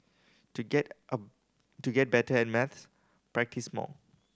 to get to get better at maths practise more